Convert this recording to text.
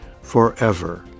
forever